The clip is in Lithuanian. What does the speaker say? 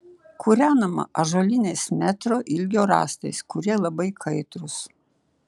kūrenama ąžuoliniais metro ilgio rąstais kurie labai kaitrūs